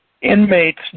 inmates